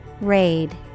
Raid